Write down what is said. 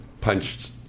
punched